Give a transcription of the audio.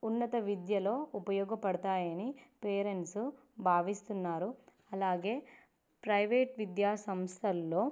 ఉన్నత విద్యలో ఉపయోగపడతాయి అని పేరెంట్స్ భావిస్తున్నారు అలాగే ప్రైవేట్ విద్యా సంస్థల్లో